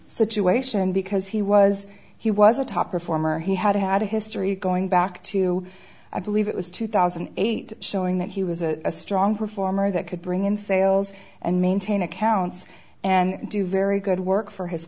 situation because he was he was a top performer he had had a history going back to i believe it was two thousand and eight showing that he was a strong performer that could bring in sales and maintain accounts and do very good work for his